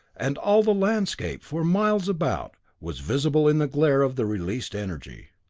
and all the landscape, for miles about, was visible in the glare of the released energy.